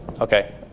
okay